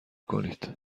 کنید